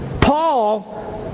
Paul